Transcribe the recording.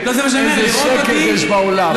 איזה שקט יש באולם.